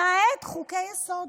למעט חוקי-יסוד.